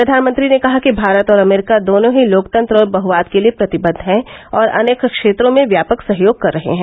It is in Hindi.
प्रधानमंत्री ने कहा कि भारत और अमरीका दोनों ही लोकतंत्र और बहवाद के लिए प्रतिबद्ध हैं और अनेक क्षेत्रों में व्यापक सहयोग कर रहे हैं